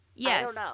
Yes